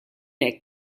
hekk